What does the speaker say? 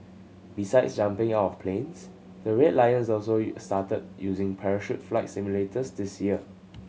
besides jumping out of planes the Red Lions also started using parachute flight simulators this year